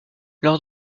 lors